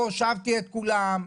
הושבתי את כולם,